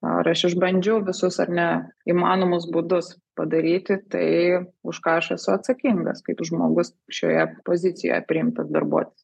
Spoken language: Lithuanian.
ar aš išbandžiau visus ar ne įmanomus būdus padaryti tai už ką aš esu atsakingas kaip žmogus šioje pozicijoje priimtas darbuotis